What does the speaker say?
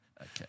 Okay